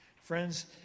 Friends